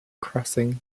crossings